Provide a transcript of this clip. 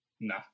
No